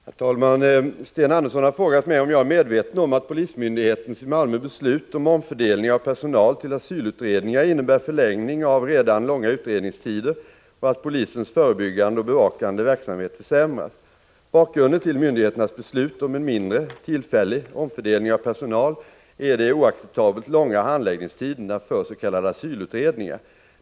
Herr talman! Sten Andersson i Malmö har frågat mig om jag är medveten om att polismyndighetens i Malmö beslut om omfördelning av personal till asylutredningar innebär förlängning av redan långa utredningstider och att polisens förebyggande och bevakande verksamhet försämras. Bakgrunden till myndigheternas beslut om en mindre, tillfällig omfördelning av personal är de oacceptabelt långa handläggningstiderna för s.k. asylutredningar.